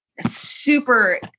super